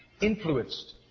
influenced